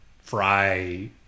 fry